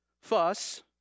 fuss